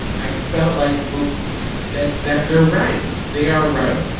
i felt like that, that they're right. they are right.